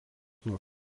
nuo